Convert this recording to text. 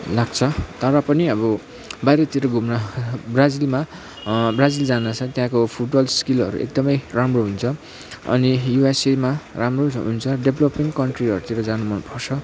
लाग्छ तर पनि अब बाहिरतिर घुम्न ब्राजिलमा ब्राजिल जाँदा चाहिँ त्यहाँको फुटबल स्किलहरू एकदमै राम्रो हुन्छ अनि युएसएमा राम्रो हुन्छ डेभलोपिङ कन्ट्रीहरूतिर जानु मन पर्छ